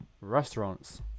restaurants